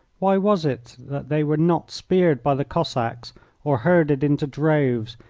why was it that they were not speared by the cossacks or herded into droves,